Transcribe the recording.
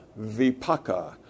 vipaka